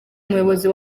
umuyobozi